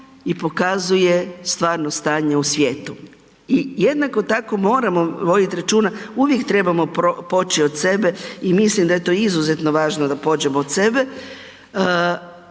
i pokazuje stvarno stanje u svijetu. I jednako tako, moramo voditi računa, uvijek trebamo poći od sebe i mislim da je to izuzetno važno da pođemo od sebe.